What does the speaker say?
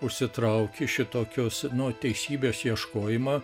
užsitrauki šitokios nu teisybės ieškojimą